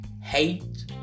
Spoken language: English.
Hate